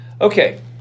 Okay